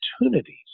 opportunities